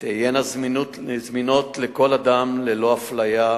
תהיינה זמינות לכל אדם ללא אפליה.